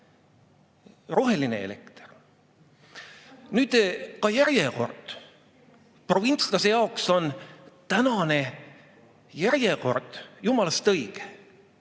roheline elekter. Nüüd ka järjekorrast. Provintslase jaoks on tänane järjekord jumalast õige.